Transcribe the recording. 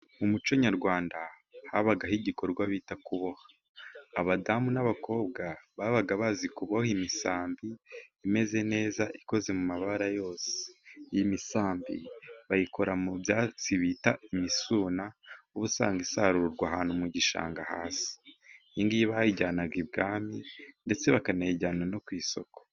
Mu muco nyarwanda habagaho igikorwa bita kuba. Abadamu n'abakobwa babaga bazi kuboha imisambi imeze neza, ikoze mu mabara yose. Imisambi bayikora mu byatsi bita imisuna, ubu usanga isarurwa ahantu mu gishanga hasi. Iyingiyi bayijyanaga ibwami, ndetse bakanayijyana no ku isoko.